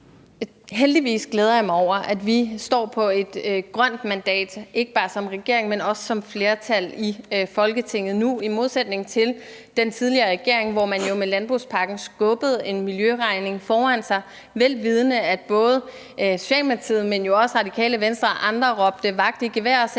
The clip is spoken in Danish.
Heldigvis glæder jeg mig over, vi nu står på et grønt mandat, ikke bare som regering, men også som flertal i Folketinget, i modsætning til den tidligere regering, som jo med landbrugspakken skubbede en miljøregning foran sig, vel vidende at både Socialdemokratiet, men jo også Radikale Venstre og andre råbte vagt i gevær og sagde: